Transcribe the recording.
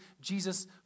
Jesus